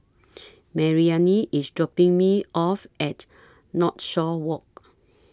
Maryanne IS dropping Me off At Northshore Walk